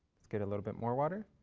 let's get a little bit more water.